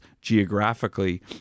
geographically